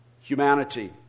humanity